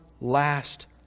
last